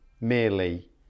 merely